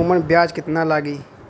ओमन ब्याज कितना लागि?